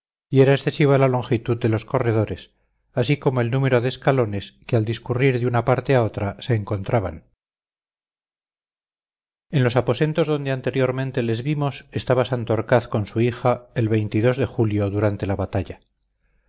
de otras y era excesiva la longitud de los corredores así como el número de escalones que al discurrir de una parte a otra se encontraban en los aposentos donde anteriormente les vimos estaba santorcaz con su hija el de julio durante la batalla